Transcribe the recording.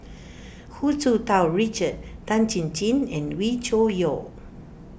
Hu Tsu Tau Richard Tan Chin Chin and Wee Cho Yaw